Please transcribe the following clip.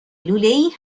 لولهای